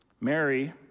Mary